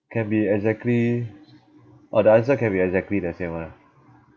can be exactly orh the answer can be exactly the same one ah